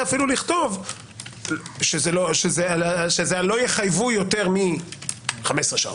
לכתוב אפילו שזה לא יחייבו יותר מ-15,